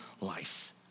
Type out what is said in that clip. life